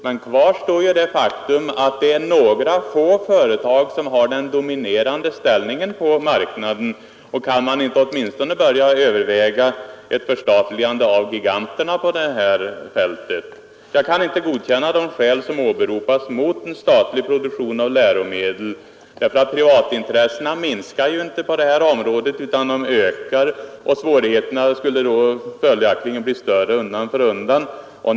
Men kvar står ju det faktum att det är några få företag som har den dominerande ställningen på marknaden, och kan man inte åtminstone börja överväga ett förstatligande av giganterna på det här fältet? Jag kan inte godkänna de skäl som åberopas mot en statlig produktion av läromedel. Privatintressena minskar ju inte på detta område utan de ökar, och svårigheterna skulle följaktligen bli större undan för undan.